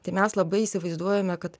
tai mes labai įsivaizduojame kad